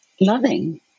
loving